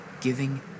giving